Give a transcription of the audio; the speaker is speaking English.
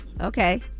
Okay